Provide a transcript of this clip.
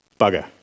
bugger